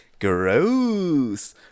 Gross